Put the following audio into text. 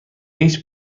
هیچ